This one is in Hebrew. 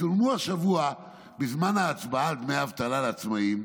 צולמו השבוע בזמן ההצבעה על דמי אבטלה לעצמאים.